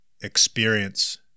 experience